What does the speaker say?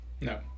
No